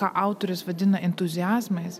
ką autorius vadina entuziazmais